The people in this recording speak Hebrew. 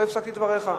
לא הפסקתי את דבריך.